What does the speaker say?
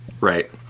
right